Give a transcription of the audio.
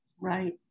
Right